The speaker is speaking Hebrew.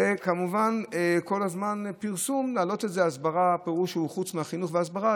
וכמובן כל הזמן פרסום חוץ מהחינוך וההסברה,